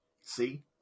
See